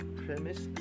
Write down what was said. premise